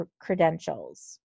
credentials